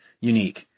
unique